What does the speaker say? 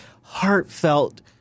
heartfelt